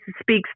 speaks